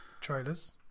Trailers